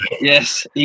Yes